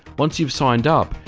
once you've signed up,